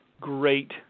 great